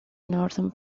northern